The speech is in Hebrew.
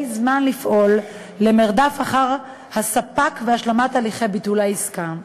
זמן לפעול למרדף אחר הספק והשלמת הליכי ביטול העסקה.